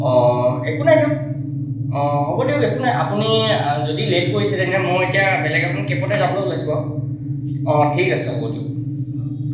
অ' একো নাই দিয়ক অ' হ'ব দিয়ক একো নাই আপুনি যদি লে'ট কৰিছে তেনে মই এতিয়া বেলেগ এখন কেবতে যাবলৈ ওলাইছো আৰু অ' ঠিক আছে হ'ব দিয়ক